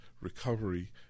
recovery